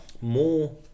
More